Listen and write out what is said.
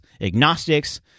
agnostics